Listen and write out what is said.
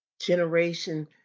generation